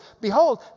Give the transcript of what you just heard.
Behold